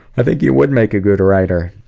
i think you would make a good writer.